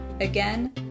Again